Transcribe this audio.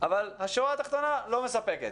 אבל השורה התחתונה לא מספקת.